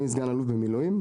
אני סא"ל במילואים.